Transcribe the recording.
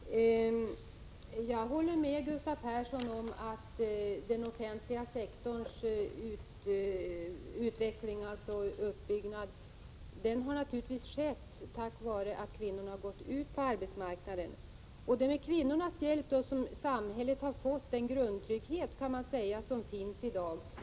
Herr talman! Jag håller med Gustav Persson om att uppbyggnaden av den offentliga sektorn har kunnat ske tack vare att kvinnorna har gått ut på arbetsmarknaden. Man kan säga att det är med kvinnornas hjälp som vi fått den grundtrygghet i samhället som till stor del finns i dag.